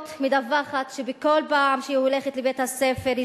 מדווחת שבכל פעם שהיא הולכת לבית-הספר היא